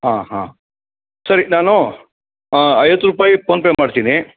ಹಾಂ ಹಾಂ ಸರಿ ನಾನು ಐವತ್ತು ರೂಪಾಯಿ ಪೋನ್ಪೇ ಮಾಡ್ತೀನಿ